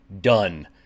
done